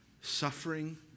suffering